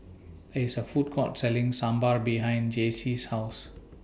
There IS A Food Court Selling Sambar behind Jaycie's House